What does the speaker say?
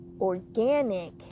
organic